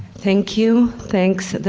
thank you. thanks,